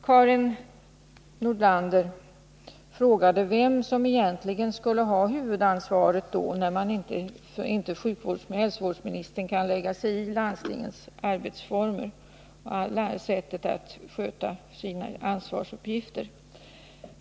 Karin Nordlander frågade sedan vem som egentligen skulle ha huvudansvaret, när inte sjukvårdsoch hälsovårdsministern kan lägga sig i landstingens arbetsformer och deras sätt att sköta sina ansvarsuppgifter.